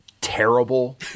terrible